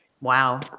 Wow